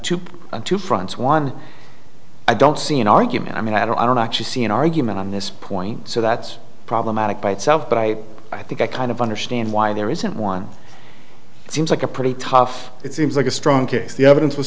on two fronts one i don't see an argument i mean i don't actually see an argument on this point so that's problematic by itself but i i think i kind of understand why there isn't one seems like a pretty tough it seems like a strong case the evidence was